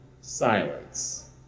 silence